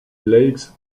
lakes